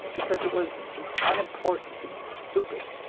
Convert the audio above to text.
because it was unimportant and stupid.